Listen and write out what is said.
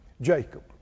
Jacob